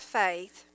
faith